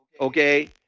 Okay